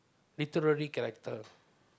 literary character